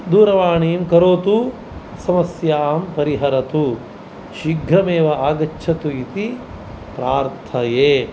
दूरवाणीं करोतु समस्यां परिहरतु शीघ्रमेव आगच्छतु इति प्रार्थये